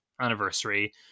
anniversary